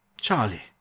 Charlie